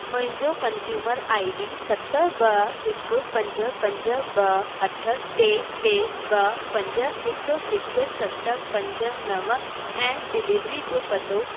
मुहिंजो consumer I D सत ब हिकु पंज पंज ब अठ टे टे ब पंज हिकु हिकु सत पंज नव ऐं डिलेविरी जो पतो